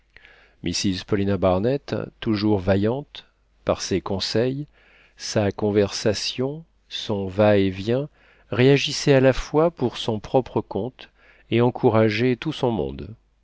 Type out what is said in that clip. mrs paulina barnett toujours vaillante par ses conseils sa conversation son va etvient réagissait à la fois pour son propre compte et encourageait tout son monde